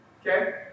okay